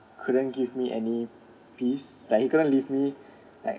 couldn't give me any peace like he couldn't leave me like